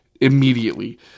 immediately